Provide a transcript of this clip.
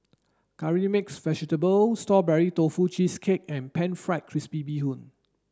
curry mixed vegetable strawberry tofu cheesecake and pan fried crispy bee hoon